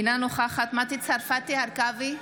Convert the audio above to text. אינה נוכחת מטי צרפתי הרכבי,